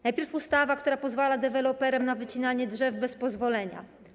Najpierw ustawa, która pozwala deweloperom na wycinanie drzew bez pozwolenia.